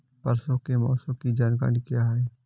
परसों के मौसम की जानकारी क्या है?